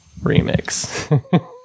remix